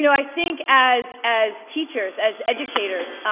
you know i think as as teachers, as educators,